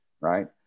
Right